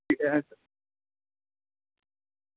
आं